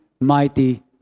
mighty